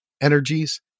energies